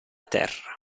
terra